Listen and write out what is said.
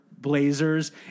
blazers